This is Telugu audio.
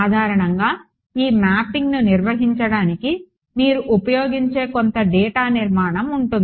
సాధారణంగా ఈ మ్యాపింగ్ను నిర్వహించడానికి మీరు ఉపయోగించే కొంత డేటా నిర్మాణం ఉంటుంది